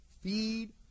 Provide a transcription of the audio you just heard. feed